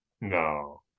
No